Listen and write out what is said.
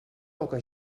poca